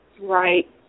Right